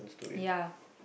ya